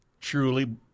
truly